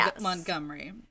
Montgomery